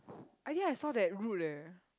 I think I saw that route leh